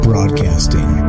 Broadcasting